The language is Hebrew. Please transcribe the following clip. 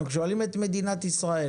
אנחנו שואלים את מדינת ישראל.